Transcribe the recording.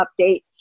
updates